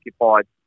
occupied